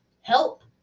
help